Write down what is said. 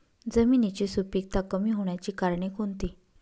जमिनीची सुपिकता कमी होण्याची कारणे कोणती?